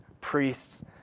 priests